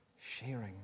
sharing